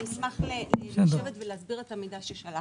אני אשמח לשבת ולהסביר את המידע ששלחנו.